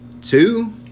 Two